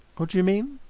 what do you mean?